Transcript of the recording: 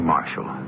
Marshall